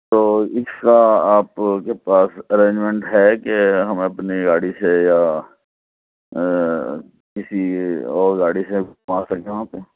تو اِس آپ کے پاس ارینجمیٹ ہے کہ ہم اپنی گاڑی سے یا کسی اور گاڑی سے وہاں تک جائیں گے